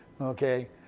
Okay